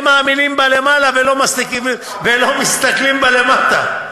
הם מאמינים בלמעלה ולא מסתכלים בלמטה.